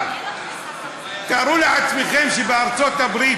אבל תארו לעצמכם שבארצות-הברית,